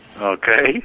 Okay